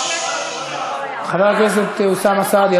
חבר הכנסת אוסאמה סעדי,